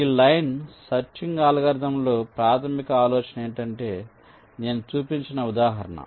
ఈ linear searching అల్గోరిథంలో ప్రాథమిక ఆలోచన ఏమిటంటే నేను చూపించిన ఉదాహరణ